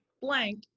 blank